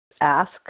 ask